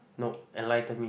nope enlighten me